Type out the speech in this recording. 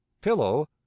Pillow